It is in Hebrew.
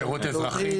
שירות אזרחי,